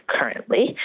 currently